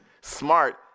smart